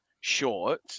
short